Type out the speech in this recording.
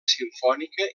simfònica